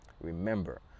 Remember